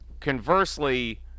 conversely